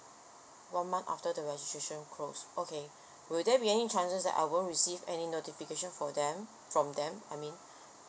one month after the registration closed okay will there be any chances that I won't receive any notification for them from them I mean